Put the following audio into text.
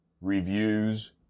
Reviews